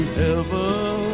heaven